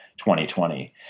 2020